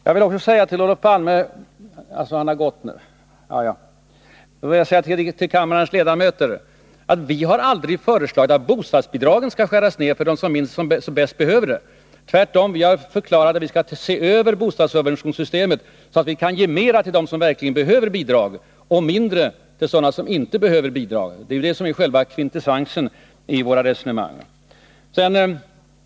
Jag vill också deklarera att vi aldrig har föreslagit att bostadsbidragen skulle skäras ned för dem som bäst behöver bidragen. Vi har tvärtom förklarat att vi skall se över bostadssubventionssystemet så att vi kan ge mer till dem som verkligen behöver bidrag och mindre till dem som inte behöver — det är själva kvintessensen i vårt resonemang.